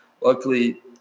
Luckily